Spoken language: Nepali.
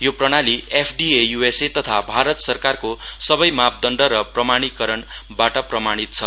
यो प्रणाली एफ डि ए युएसए तथा भारत सरकारको सबै मापदण्ड र प्रमाणीकरणबाट प्रमाणीत छ